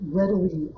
readily